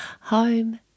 Home